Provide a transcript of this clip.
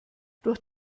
durch